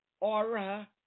Aura